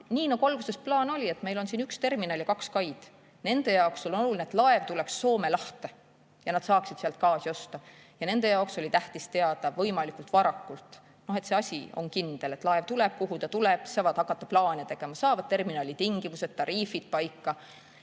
Nii nagu alguses plaan oli, et meil on üks terminal ja kaks kaid. Nende jaoks on oluline, et laev tuleks Soome lahte ja nad saaksid sealt gaasi osta. Nende jaoks oli tähtis teada võimalikult varakult, et see asi on kindel, et laev tuleb ja kuhu ta tuleb. Siis saavad nad hakata plaane tegema, saavad terminali tingimused ja tariifid paika.